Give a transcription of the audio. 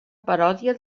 paròdia